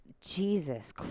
Jesus